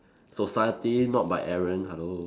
society not by Aaron hello